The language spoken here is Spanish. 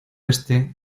este